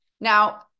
Now